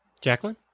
Jacqueline